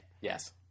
Yes